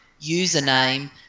username